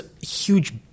huge